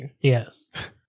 Yes